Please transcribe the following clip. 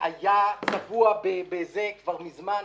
היה צבוע כבר מזמן.